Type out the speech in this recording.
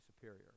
superior